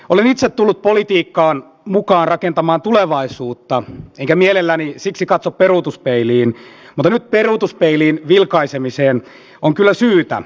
olen itse tullut politiikkaan mukaan rakentamaan tulevaisuutta enkä mielelläni siksi katso peruutuspeiliin mutta nyt peruutuspeiliin vilkaisemiseen on kyllä syytä